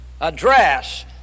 address